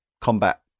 combat